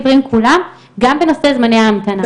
גם בנושא זמני ההמתנה.